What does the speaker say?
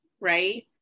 right